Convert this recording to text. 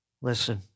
Listen